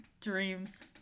dreams